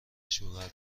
شوهر